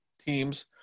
teams